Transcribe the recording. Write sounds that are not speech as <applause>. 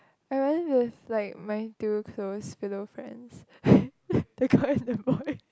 I rather with like my two close philo friends <laughs> the girl and the boy